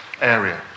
area